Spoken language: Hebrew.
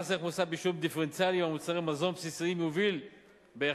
מס ערך מוסף בשיעורים דיפרנציאליים על מוצרי מזון בסיסיים יוביל בהכרח